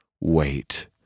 wait